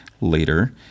later